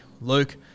Luke